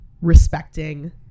respecting